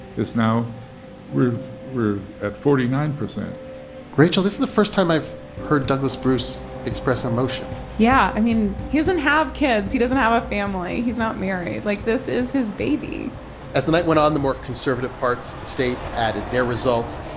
it's now we're we're at forty nine percent rachel, this is the first time i've heard douglas bruce express emotion yeah. i mean, he doesn't have kids. he doesn't have a family. he's not married. like, this is his baby as the night went on, the more conservative parts of the state added their results.